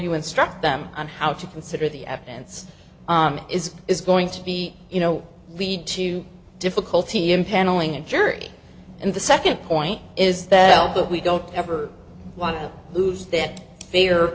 you instruct them on how to consider the evidence is is going to be you know read to difficulty impaneling a jury and the second point is that help but we don't ever want to lose that